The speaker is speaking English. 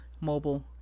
mobile